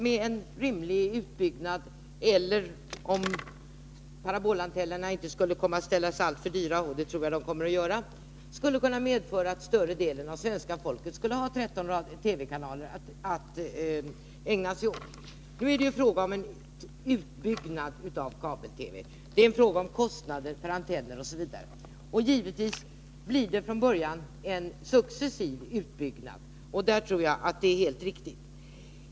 Med en rimlig utbyggnad, eller om parabolantennerna inte kommer att ställa sig alltför dyra— vilket jag tror att de kommer att göra — skulle större delen av svenska folket kunna ha 13 TV-kanaler att ägna sig åt. Nu gäller det en utbyggnad av ett kabelnät för TV. Det är fråga om kostnader för antenner osv. Givetvis blir det från början en successiv utbyggnad, det är helt riktigt.